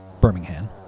Birmingham